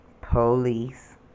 police